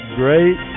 great